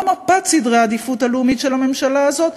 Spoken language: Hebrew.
מה מפת סדרי העדיפות הלאומית של הממשלה הזאת,